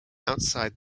outside